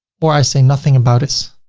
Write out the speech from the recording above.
or i say nothing about this.